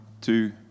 two